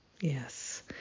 Yes